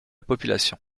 population